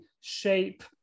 shape